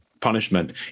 punishment